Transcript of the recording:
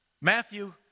Matthew